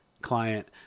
client